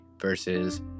versus